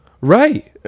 Right